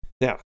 now